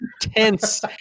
tense